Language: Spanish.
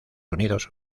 unidos